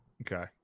okay